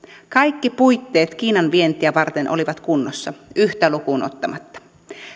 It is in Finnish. kaikki puitteet kiinan vientiä varten olivat kunnossa yhtä lukuun ottamatta